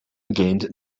gained